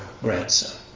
grandson